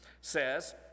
says